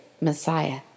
Messiah